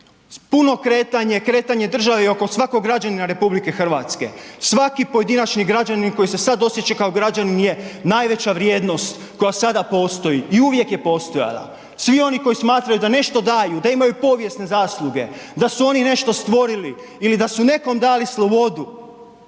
i kretanje države oko svakog građanina RH, svaki pojedinačni građanin koji se sada osjeća kao građanin je najveća vrijednost koja sada postoji i uvijek je postojala. Svi oni koji smatraju da nešto daju, da imaju povijesne zasluge, da su oni nešto stvorili ili da su nekom dali slobodu,